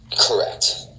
Correct